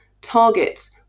targets